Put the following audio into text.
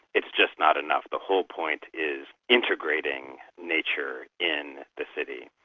it's just not enough. the whole point is integrating nature in the city.